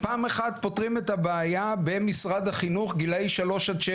פעם אחת פותרים את הבעיה במשרד החינוך גילאי 3-6,